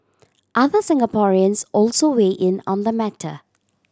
other Singaporeans also weigh in on the matter